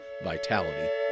Vitality